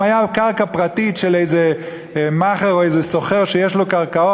אם זה היה על קרקע פרטית של איזה מאכער או איזה סוחר שיש לו קרקעות,